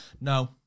No